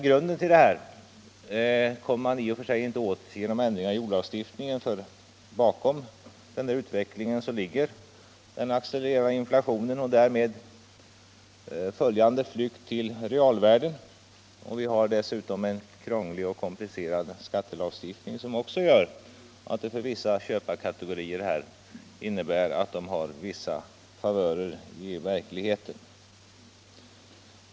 Grunden till detta kommer man i och för sig inte åt genom ändring av jordförvärvslagstiftningen, för bakom den utvecklingen ligger den accelererande inflationen och därmed följande flykt till realvärden. Vi har dessutom en krånglig och komplicerad skattelagstiftning, som innebär att en del köparkategorier har vissa favörer i verkligheten.